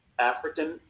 African